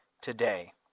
today